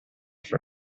for